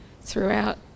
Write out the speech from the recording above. throughout